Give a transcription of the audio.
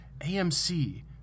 AMC